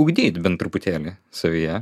ugdyt bent truputėlį savyje